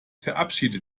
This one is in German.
verabschiede